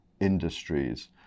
industries